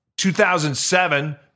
2007